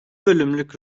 bölümlük